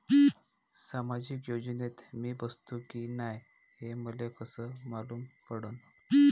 सामाजिक योजनेत मी बसतो की नाय हे मले कस मालूम पडन?